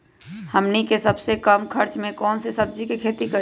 हमनी के सबसे कम खर्च में कौन से सब्जी के खेती करी?